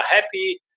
happy